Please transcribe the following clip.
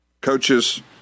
coaches